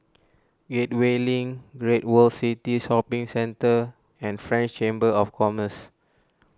Gateway Link Great World City Shopping Centre and French Chamber of Commerce